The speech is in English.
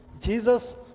Jesus